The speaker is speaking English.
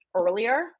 earlier